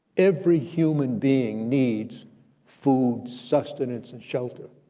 every human being needs food, sustenance, and shelter,